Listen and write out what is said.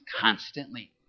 constantly